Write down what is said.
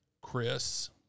Chris